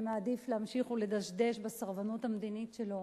ומעדיף להמשיך ולדשדש בסרבנות המדינית שלו.